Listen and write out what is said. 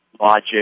logic